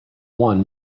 one